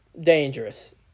dangerous